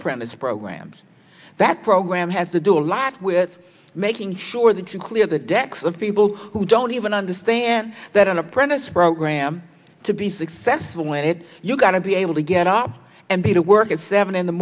apprentice programs that program has the door locked with making sure they can clear the decks of people who don't even understand that an apprentice program to be successful in it you've got to be able to get up and be to work at seven in the